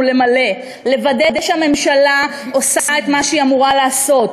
למלא: לוודא שהממשלה עושה את מה שהיא אמורה לעשות,